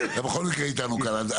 בכל מקרה, אתה איתנו כאן.